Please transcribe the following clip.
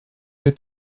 êtes